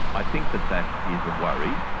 i think that that is a worry,